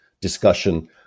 discussion